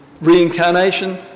reincarnation